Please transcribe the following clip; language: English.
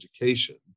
education